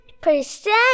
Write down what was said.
percent